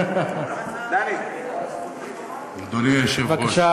אדוני היושב-ראש,